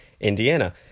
Indiana